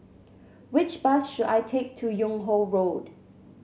which bus should I take to Yung Ho Road